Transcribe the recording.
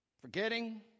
Forgetting